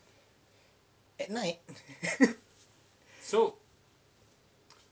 at night